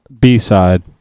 B-side